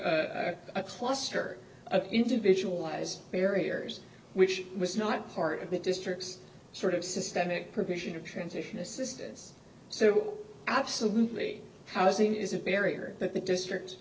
a cluster of individualized barriers which was not part of the district's sort of systemic provision of transition assistance so absolutely housing is a barrier that the district